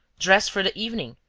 dressed for the evening,